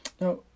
Now